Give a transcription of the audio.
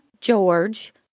George